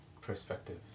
perspective